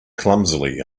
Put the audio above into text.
clumsily